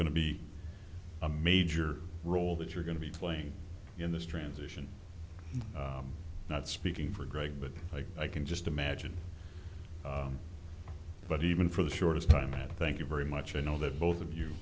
to be a major role that you're going to be playing in this transition not speaking for greg but like i can just imagine but even for the shortest time thank you very much i know that both of you